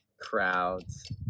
crowds